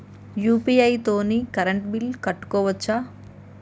UPI తోని current bill కట్టుకోవచ్ఛా?